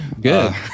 Good